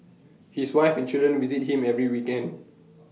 his wife and children visit him every weekend